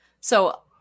So-